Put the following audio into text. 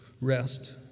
rest